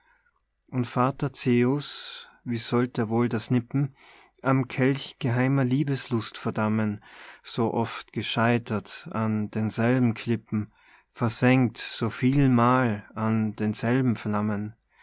und vater zeus wie sollt er wohl das nippen am kelch geheimer liebeslust verdammen so oft gescheitert an denselben klippen versengt so vielmal an denselben flammen